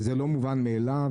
וזה לא מובן מאליו.